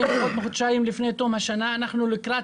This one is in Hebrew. חודשיים לפני תום השנה אנחנו לקראת